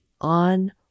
on